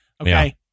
Okay